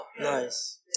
Nice